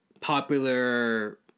popular